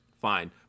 Fine